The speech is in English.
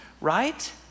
right